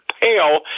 pale